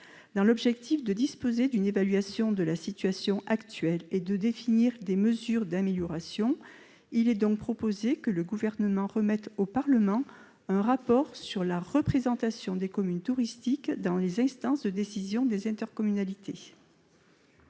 dans l'objectif de disposer d'une évaluation de la situation actuelle et de définir des mesures d'amélioration, il est donc proposé que le Gouvernement remette au Parlement un rapport sur la représentation des communes touristiques dans les instances de décision des intercommunalités.